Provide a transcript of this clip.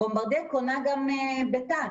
"בומברדייה" קונה גם בתא"ת.